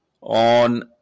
on